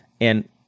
And-